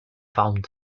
fund